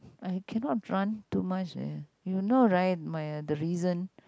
I cannot run too much ya you know right my the reason